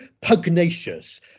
pugnacious